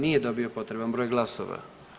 Nije dobio potreban broj glasova.